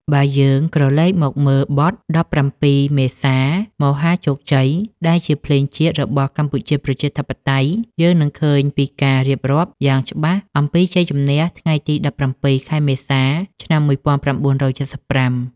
បើយើងក្រឡេកមកមើលបទ ដប់ប្រាំពីរមេសាមហាជោគជ័យ ដែលជាភ្លេងជាតិរបស់កម្ពុជាប្រជាធិបតេយ្យ យើងនឹងឃើញពីការរៀបរាប់យ៉ាងច្បាស់អំពីជ័យជម្នះថ្ងៃទី ១៧ ខែមេសា ឆ្នាំ ១៩៧៥។